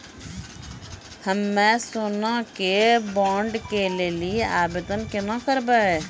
हम्मे सोना के बॉन्ड के लेली आवेदन केना करबै?